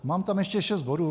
Mám tam ještě šest bodů.